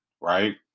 right